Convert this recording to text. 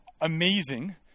amazing